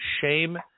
Shame